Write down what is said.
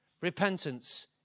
Repentance